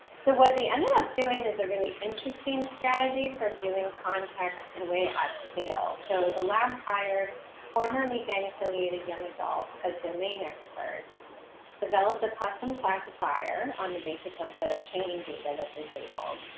so what they ended up doing is a really interesting strategy for doing contacts and way at scale. so the lab hired formerly gang affiliated young adults as domain experts developed a custom classifier on the basis of the training data that they've labeled